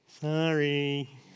Sorry